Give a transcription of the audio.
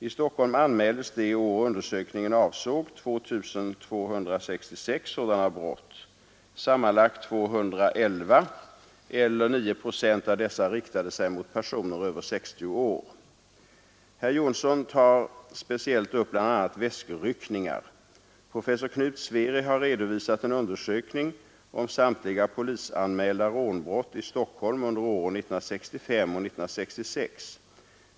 I Stockholm anmäldes det år undersökningen avsåg 2 266 sådana brott. Sammanlagt 211, eller 9 procent, av dessa riktade sig mot personer över 60 år. Herr Jonsson tar speciellt upp bl.a. väskryckningar. Professor Knut Sveri har redovisat en undersökning om samtliga polisanmälda rånbrott i Stockholm under åren 1965 och 1966.